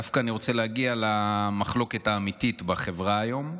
אני דווקא רוצה להגיע למחלוקת האמיתית בחברה היום.